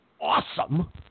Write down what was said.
awesome